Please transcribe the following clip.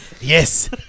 Yes